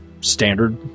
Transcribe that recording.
standard